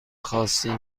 خاصی